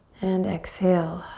and exhale.